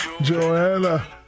Joanna